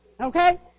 Okay